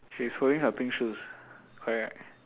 she's holding her pink shoes correct right